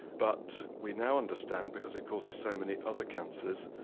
but we now understand, because it causes so many other cancers,